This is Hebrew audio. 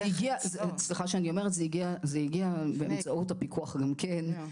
סליחה שאני אומרת, זה הגיע באמצעות הפיקוח גם כן.